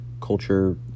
culture